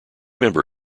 member